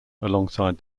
alongside